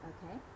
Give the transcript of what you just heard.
Okay